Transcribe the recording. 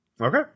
Okay